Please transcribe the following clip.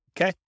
Okay